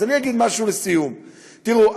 אז אני אגיד משהו לסיום: תראו,